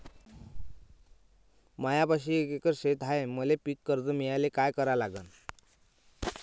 मायापाशी एक एकर शेत हाये, मले पीककर्ज मिळायले काय करावं लागन?